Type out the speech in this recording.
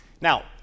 Now